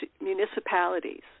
municipalities